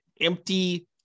empty